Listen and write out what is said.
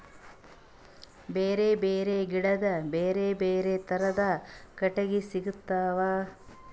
ಬ್ಯಾರೆ ಬ್ಯಾರೆ ಗಿಡದ್ ಬ್ಯಾರೆ ಬ್ಯಾರೆ ಥರದ್ ಕಟ್ಟಗಿ ಸಿಗ್ತವ್